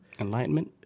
Enlightenment